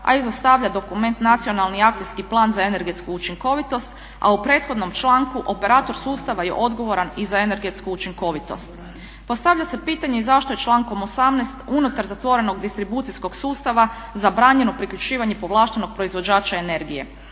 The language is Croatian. a izostavlja dokument "Nacionalni akcijski plan za energetsku učinkovitost" a u prethodnom članku operator sustava je odgovoran i za energetsku učinkovitost. Postavlja se pitanje zašto je člankom 18. unutar zatvorenog distribucijskog sustava zabranjeno priključivanje povlaštenog proizvođača energije?